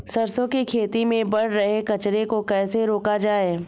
सरसों की खेती में बढ़ रहे कचरे को कैसे रोका जाए?